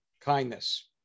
kindness